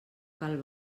cal